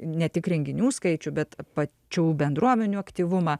ne tik renginių skaičių bet pačių bendruomenių aktyvumą